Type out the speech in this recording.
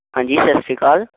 ਹਾਂਜੀ ਸਤਿ ਸ਼੍ਰੀ ਅਕਾਲ